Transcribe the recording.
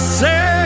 say